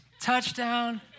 touchdown